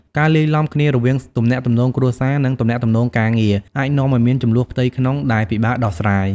ការលាយឡំគ្នារវាងទំនាក់ទំនងគ្រួសារ និងទំនាក់ទំនងការងារ អាចនាំឲ្យមានជម្លោះផ្ទៃក្នុងដែលពិបាកដោះស្រាយ។